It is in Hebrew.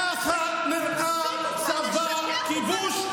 ככה נראה צבא כיבוש.